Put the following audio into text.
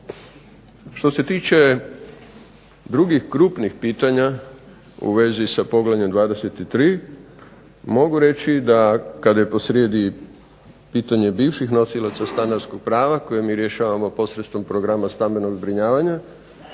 Što se tiče drugih grupnih pitanja u vezi sa poglavljem 23. mogu reći da kad je posrijedi pitanje bivših nosilaca stanarskog prava, koje mi rješavamo posredstvom program stambenog zbrinjavanja,